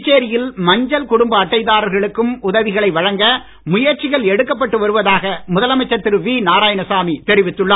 புதுச்சேரியில் மஞ்சள் குடும்ப அட்டைதாரர்களுக்கும் உதவிகளை வழங்க முயற்சிகள் எடுக்கப்பட்டு வருவதாக முதலமைச்சர் திரு வி நாராயணசாமி தெரிவித்துள்ளார்